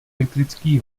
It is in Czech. elektrický